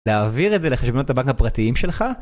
להעביר את זה לחשבונות את הבנק הפרטיים שלך